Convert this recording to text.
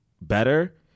better